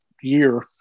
year